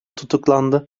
tutuklandı